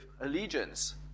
allegiance